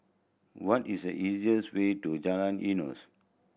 what is the easiest way to Jalan Eunos